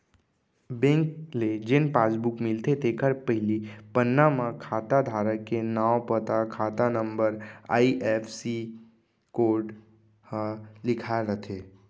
bank ले जेन passbook मिलथे तेखर पहिली पन्ना म खाता धारक के नांव, पता, खाता नंबर, आई.एफ.एस.सी कोड ह लिखाए रथे